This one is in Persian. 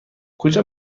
کجا